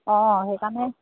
অঁ সেইকাৰণে